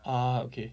ah okay